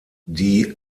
die